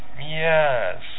Yes